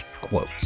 quotes